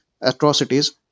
atrocities